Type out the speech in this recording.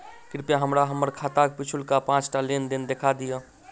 कृपया हमरा हम्मर खाताक पिछुलका पाँचटा लेन देन देखा दियऽ